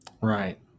Right